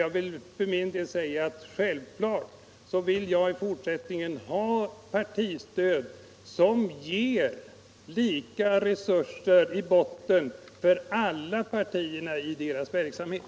Jag vill för min del säga att självfallet vill jag i fortsättningen ha partistöd som ger lika resurser i botten för alla partierna i deras verksamhet.